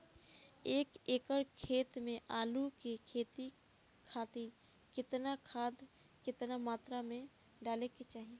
एक एकड़ खेत मे आलू के खेती खातिर केतना खाद केतना मात्रा मे डाले के चाही?